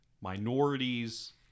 minorities